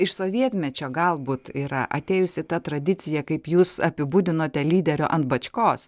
iš sovietmečio galbūt yra atėjusi ta tradicija kaip jūs apibūdinote lyderio ant bačkos